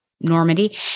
Normandy